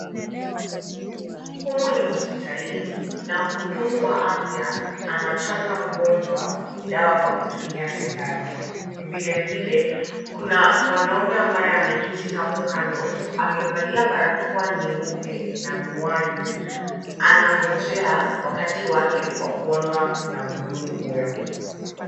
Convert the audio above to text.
Humu ni hospitalini na mhudumu wa afya anachanja mgonjwa dawa kwa kutumia sindano. Vile vile kuna mwanaume ambaye ameketi hapo kando, amevalia barakoa nyeupe na miwani anangojea wakati wake wa kuonwa na mhudumu huyo.